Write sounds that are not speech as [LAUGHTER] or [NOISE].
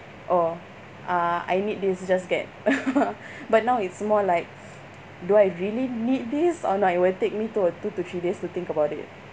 orh uh I need this just get [LAUGHS] but now it's more like do I really need this or not it will take me two or two to three days to think about it